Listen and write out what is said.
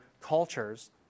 cultures